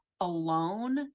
alone